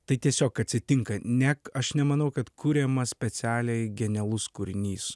tai tiesiog atsitinka neg aš nemanau kad kuriamas specialiai genialus kūrinys